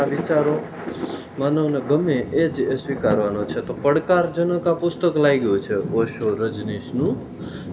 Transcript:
આ વિચારો માનવને ગમે એ જ એ સ્વીકારવાનો છે તો પડકારજનક આ પુસ્તક લાગ્યું છે ઓશો રજનીશનું